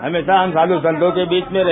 हमेशा हम साधु संतों के बीच में रहे